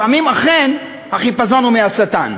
לפעמים אכן החיפזון הוא מהשטן.